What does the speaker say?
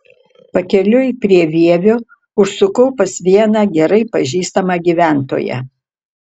pakeliui prie vievio užsukau pas vieną gerai pažįstamą gyventoją